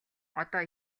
одоо